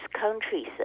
countries